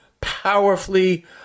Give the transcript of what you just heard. powerfully